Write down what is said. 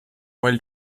while